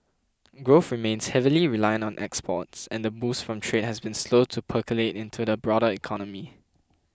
growth remains heavily reliant on exports and the boost from trade has been slow to percolate into the broader economy